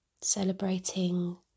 Celebrating